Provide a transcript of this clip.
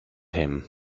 him